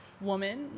woman